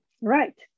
Right